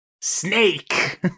Snake